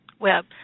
web